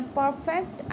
perfect